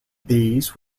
these